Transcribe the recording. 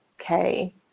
okay